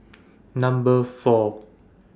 Number four